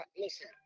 listen